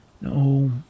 No